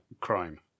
crime